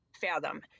fathom